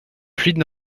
fluide